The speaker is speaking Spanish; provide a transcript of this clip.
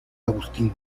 agustín